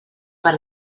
per